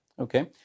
Okay